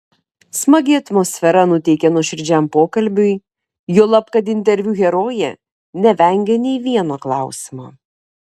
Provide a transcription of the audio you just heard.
smagi atmosfera nuteikė nuoširdžiam pokalbiui juolab kad interviu herojė nevengė nė vieno klausimo